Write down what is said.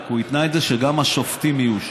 רק הוא התנה את זה שגם השופטים יהיו שם.